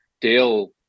dale